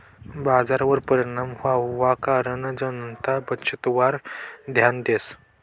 बजारवर परिणाम व्हवाना कारण जनता बचतवर ध्यान देस